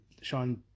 Sean